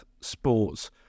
sports